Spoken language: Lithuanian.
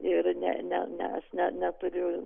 ir ne ne ne aš ne neturiu